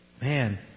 Man